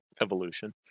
evolution